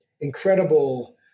incredible